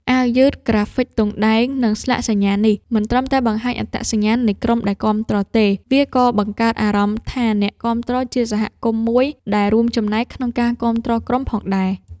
អាវយឺត ក្រាហ្វិកទង់ដែង និងស្លាកសញ្ញានេះ មិនត្រឹមតែបង្ហាញអត្តសញ្ញាណនៃក្រុមដែលគាំទ្រ ទេ វាក៏បង្កើតអារម្មណ៍ថាអ្នកគាំទ្រជាសហគមន៍មួយដែលរួមចំណែកក្នុងការគាំទ្រក្រុមផងដែរ។